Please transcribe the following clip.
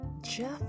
Jeff